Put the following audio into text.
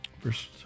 First